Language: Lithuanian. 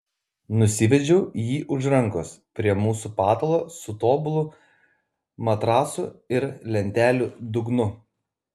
nusivedžiau jį už rankos prie mūsų patalo su tobulu matracu ir lentelių dugnu